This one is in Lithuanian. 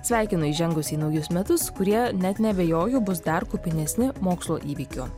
sveikinu įžengus į naujus metus kurie net neabejoju bus dar kupinesni mokslo įvykių